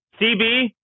CB